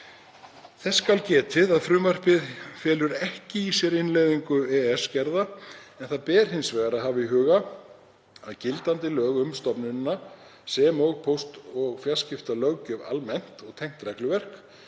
Þess skal getið að frumvarpið felur ekki í sér innleiðingu EES-gerða, en hins vegar ber að hafa í huga að gildandi lög um stofnunina, sem og póst- og fjarskiptalöggjöf almennt og tengt regluverk,